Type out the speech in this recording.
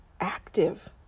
active